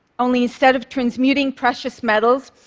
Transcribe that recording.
only instead of transmuting precious metals,